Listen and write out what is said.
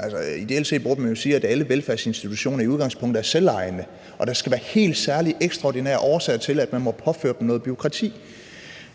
Altså, ideelt set burde man jo sige, at alle velfærdsinstitutioner i udgangspunktet er selvejende, og at der skal være helt særlig ekstraordinære årsager til, at man må påføre dem noget bureaukrati.